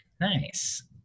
Nice